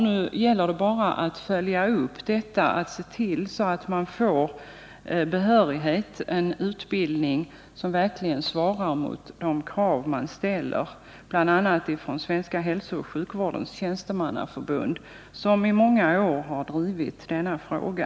Nu gäller det bara att följa upp den delen, att se till att man får behörighet och en utbildning som verkligen svarar mot de krav som ställs bl.a. från Svenska hälsooch sjukvårdens tjänstemannaförbund, som i många år har drivit denna fråga.